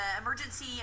emergency